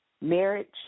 marriage